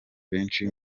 benshi